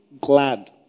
glad